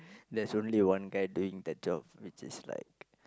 that's only one guy doing the job which is like